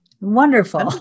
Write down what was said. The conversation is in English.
Wonderful